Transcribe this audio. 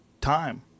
Time